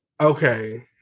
Okay